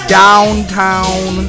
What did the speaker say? downtown